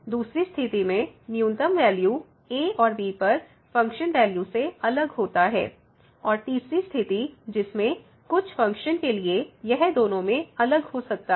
दूसरी स्थिति में न्यूनतम वैल्यू a और b पर फ़ंक्शन वैल्यू से अलग होता है और तीसरी स्थिति जिसमे कुछ फ़ंक्शन के लिए यह दोनों में अलग हो सकता है